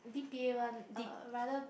D_P_A one rather